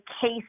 case